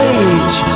age